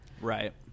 Right